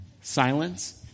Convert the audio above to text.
Silence